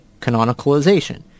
canonicalization